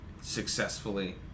successfully